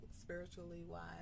spiritually-wise